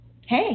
Hey